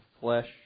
flesh